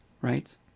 right